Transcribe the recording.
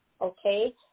okay